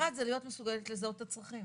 אחד, זה להיות מסוגלת לזהות את הצרכים.